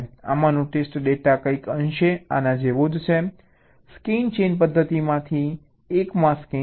આમાંનો test data કંઈક અંશે આના જેવો જ છે સ્કેન ચેઈન પદ્ધતિમાંથી એકમાં સ્કેન કરો